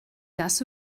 das